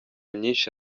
myinshi